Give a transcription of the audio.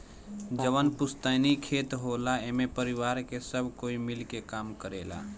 जवन पुस्तैनी खेत होला एमे परिवार के सब कोई मिल के काम करेला